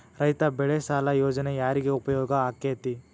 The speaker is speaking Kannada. ರೈತ ಬೆಳೆ ಸಾಲ ಯೋಜನೆ ಯಾರಿಗೆ ಉಪಯೋಗ ಆಕ್ಕೆತಿ?